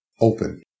open